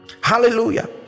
Hallelujah